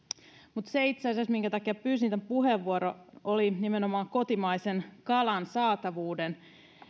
itse asiassa se minkä takia pyysin tämän puheenvuoron oli nimenomaan kotimaisen kalan saatavuuden